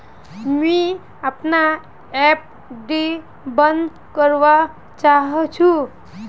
मुई अपना एफ.डी बंद करवा चहची